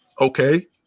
Okay